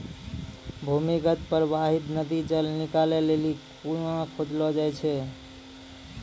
भूमीगत परबाहित नदी जल निकालै लेलि कुण्यां खोदलो जाय छै